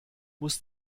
muss